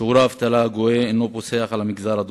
ישיבות הוועד הן בחדר הוועד,